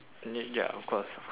I mean ya of course